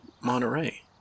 Monterey